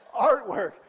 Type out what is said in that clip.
artwork